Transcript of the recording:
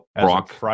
Brock